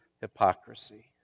hypocrisy